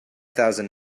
thousand